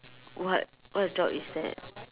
what what job is that